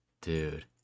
Dude